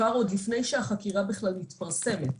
עוד לפני שהחקירה בכלל מתפרסמת,